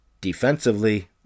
Defensively